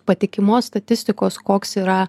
patikimos statistikos koks yra